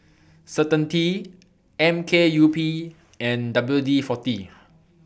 Certainty M K U P and W D forty